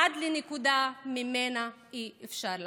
עד לנקודה שממנה לא יהיה אפשר לחזור.